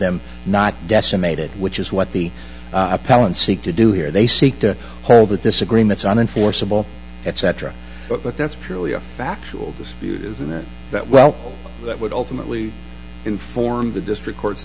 them not decimated which is what the appellant seek to do here they seek to hold the disagreements on enforceable etc but that's purely a factual dispute isn't there that well that would ultimately inform the district court's